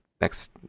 next